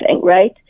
right